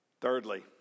Thirdly